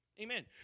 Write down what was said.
Amen